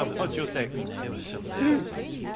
um what's your sex flute